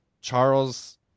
Charles